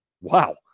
Wow